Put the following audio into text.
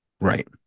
Right